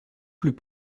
plus